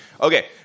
Okay